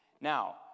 Now